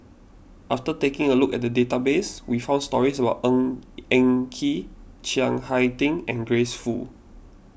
after taking a look at the database we found stories about Ng Eng Kee Chiang Hai Ding and Grace Fu